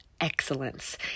excellence